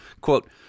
quote